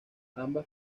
ambas